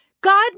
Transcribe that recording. God